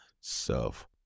self